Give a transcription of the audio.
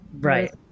Right